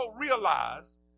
realize